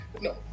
No